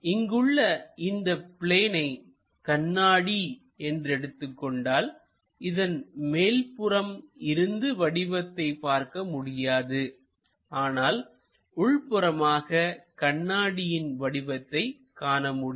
இங்குள்ள இந்த பிளேனை கண்ணாடி என்று எடுத்துக்கொண்டால்இதன் மேல்புறம் இருந்து வடிவத்தை பார்க்க முடியாதுஆனால் உள்புறமாக கண்ணாடியில் வடிவத்தை காண முடியும்